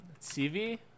cv